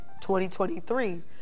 2023